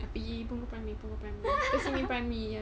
pergi pun poor primary primary